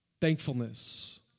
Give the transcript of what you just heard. Thankfulness